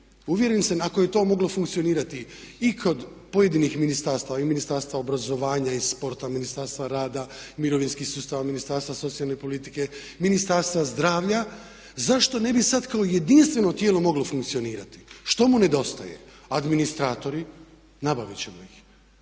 uvjeren sam ako je to moglo funkcionirati i kod pojedinih ministarstva i Ministarstva obrazovanja i sporta, Ministarstva rada, mirovinski sustav, Ministarstva socijalne politike, Ministarstva zdravlja zato ne bi sada kao jedinstveno tijelo moglo funkcionirati? Što mu nedostaje? Administratori. Nabaviti ćemo ih.